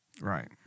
Right